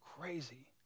crazy